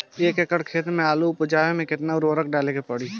एक एकड़ खेत मे आलू उपजावे मे केतना उर्वरक डाले के पड़ी?